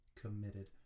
committed